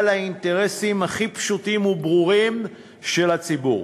לאינטרסים הכי פשוטים וברורים של הציבור.